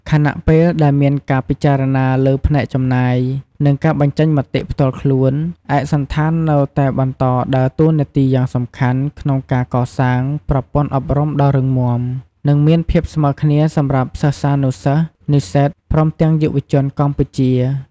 ខណៈពេលដែលមានការពិចារណាលើផ្នែកចំណាយ និងការបញ្ចេញមតិផ្ទាល់ខ្លួន ឯកសណ្ឋាននៅតែបន្តដើរតួនាទីយ៉ាងសំខាន់ក្នុងការកសាងប្រព័ន្ធអប់រំដ៏រឹងមាំ និងមានភាពស្មើគ្នាសម្រាប់សិស្សានិសិស្ស និស្សិត ព្រមទាំងយុវជនកម្ពុជា។